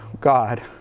God